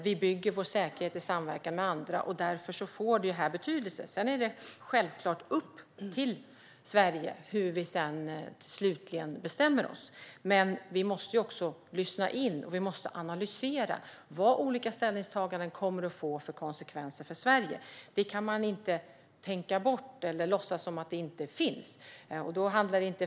Vi bygger vår säkerhet i samverkan med andra. Därför får detta betydelse. Sedan är det självklart upp till oss här i Sverige hur vi slutligen bestämmer oss. Men vi måste lyssna in och analysera vad olika ställningstaganden kommer att få för konsekvenser för Sverige. Vi kan inte tänka bort dem eller låtsas som att de inte finns.